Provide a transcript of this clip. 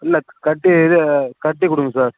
இல்லை கட்டி இது கட்டி கொடுங்க சார்